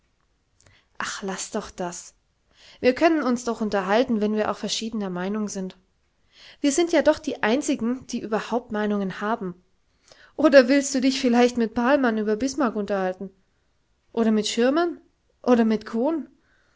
ach laß doch das wir können uns doch unterhalten wenn wir auch verschiedener meinung sind wir sind ja doch die einzigen die überhaupt meinungen haben oder willst du dich vielleicht mit pahlmann über bismarck unterhalten oder mit schirmern oder mit cohn